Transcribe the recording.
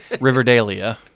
Riverdale